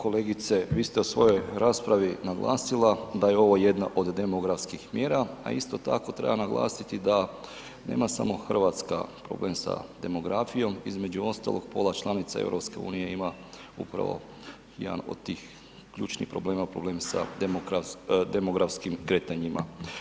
Kolegice vi ste u svojoj raspravi naglasila da je ovo jedna od demografskih mjera, a isto tako treba naglasiti da nema samo Hrvatska problem sa demografijom, između ostalog pola članica EU ima upravo jedan od tih ključnih problema, problem sa demografskim kretanjima.